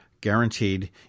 guaranteed